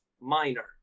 minor